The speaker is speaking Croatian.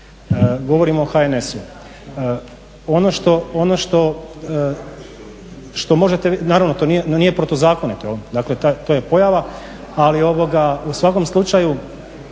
Govorimo o HNS-u. Ono što možete, naravno to nije protuzakoniti, dakle to je pojava, ali u svakom slučaju